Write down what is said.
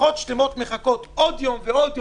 משפחות שלמות מחכות עוד יום ועוד יום,